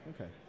Okay